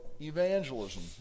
evangelism